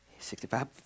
65